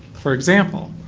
for example,